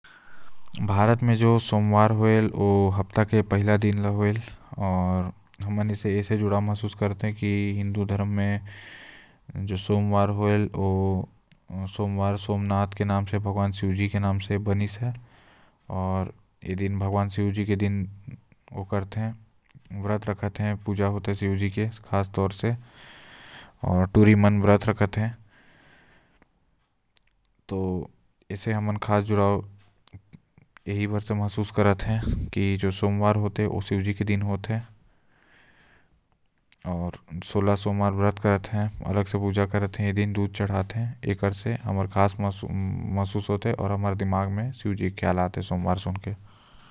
हमर मे जो सोमवार होएल ओ सप्ताह के पहिला दिन ल कहते आऊ हमन ऐसे जुड़ाव महसूस करते के जैसे सोमवार सोमनाथ भगवान महादेव जी के नाम से है।